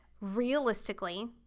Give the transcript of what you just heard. realistically